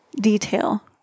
detail